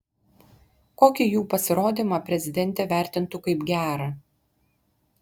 kokį jų pasirodymą prezidentė vertintų kaip gerą